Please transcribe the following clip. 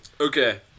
Okay